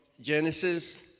Genesis